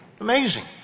Amazing